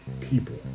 people